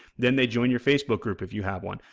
then they join your facebook group if you have one,